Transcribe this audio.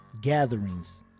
gatherings